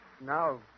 now